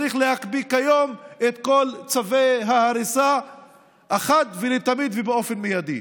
צריך להקפיא כיום את כל צווי ההריסה אחת ולתמיד ובאופן מיידי.